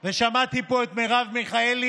שמעתי פה את מרב מיכאלי.